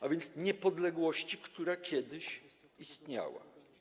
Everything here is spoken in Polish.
A więc niepodległości, która kiedyś istniała.